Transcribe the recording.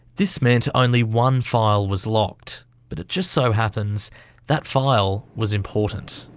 this meant only one file was locked but it just so happens that file was important.